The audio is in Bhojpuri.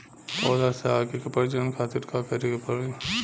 पौधा से आगे के प्रजनन खातिर का करे के पड़ी?